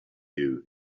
you